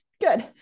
Good